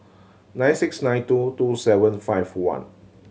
nine six nine two two seven five one